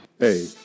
Hey